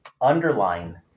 underline